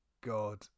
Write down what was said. God